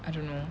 I don't know